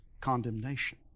condemnation